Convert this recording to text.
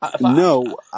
No